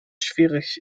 schwierig